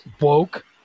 woke